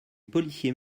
policiers